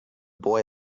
boy